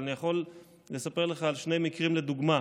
אבל אני יכול לספר לך על שני מקרים לדוגמה.